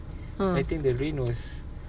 !huh!